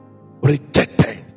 rejected